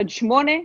עד היום השמיני,